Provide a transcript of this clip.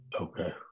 Okay